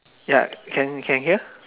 ya can can hear